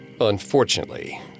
Unfortunately